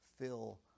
fill